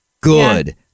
good